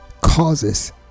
causes